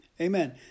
Amen